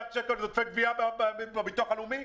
שקלים עודפי גבייה בביטוח הלאומי?